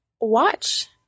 watch